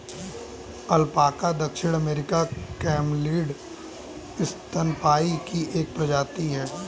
alpaca दक्षिण अमेरिकी camelid स्तनपायी की एक प्रजाति है